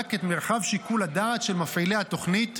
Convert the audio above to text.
מובהק את מרחב שיקול הדעת של מפעילי התוכנית,